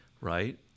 right